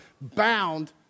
bound